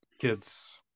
kids